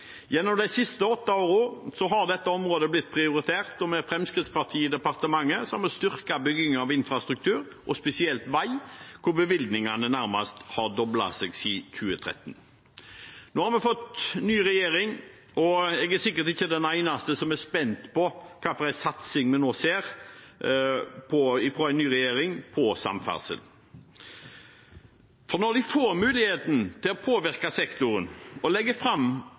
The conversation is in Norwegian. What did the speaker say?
Gjennom de siste åtte årene har dette området blitt prioritert, og med Fremskrittspartiet i departementet har vi styrket byggingen av infrastruktur, og spesielt av vei, hvor bevilgningene nærmest har doblet seg siden 2013. Nå har vi fått ny regjering, og jeg er sikkert ikke den eneste som er spent på hvilken satsing på samferdsel vi nå skal få se fra en ny regjering. For når de får muligheten til å påvirke sektoren og legge fram